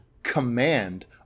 command